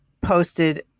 posted